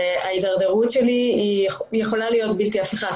ההידרדרות שלי יכולה להיות בלתי-הפיכה,